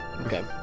Okay